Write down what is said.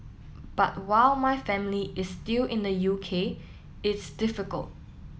but while my family is still in the U K it's difficult